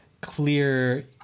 clear